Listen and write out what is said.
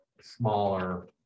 smaller